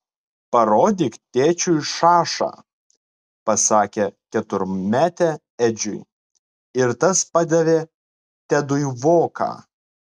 parodyk tėčiui šašą pasakė keturmetė edžiui ir tas padavė tedui voką